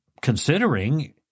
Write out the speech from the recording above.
considering